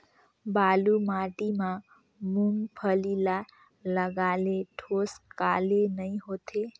बालू माटी मा मुंगफली ला लगाले ठोस काले नइ होथे?